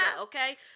okay